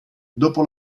dopo